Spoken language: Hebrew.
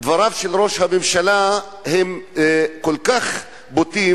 דבריו של ראש הממשלה הם כל כך בוטים,